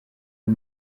ubu